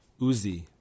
Uzi